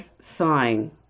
Sign